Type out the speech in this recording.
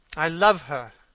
i love her,